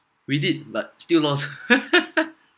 we did but still lost